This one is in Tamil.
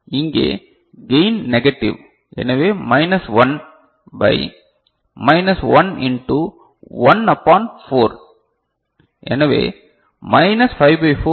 இங்கே கையின் நெகடிவ் எனவே மைனஸ் 1 பை 1 இண்டு 1 அபான் 4 எனவே மைனஸ் 5 பை 4 எல்